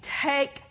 take